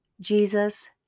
jesus